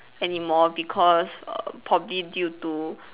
anymore because err probably due to